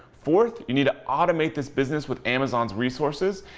fourth, you need to automate this business with amazon's resources.